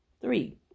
Three